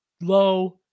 low